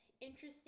interesting